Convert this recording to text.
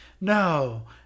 no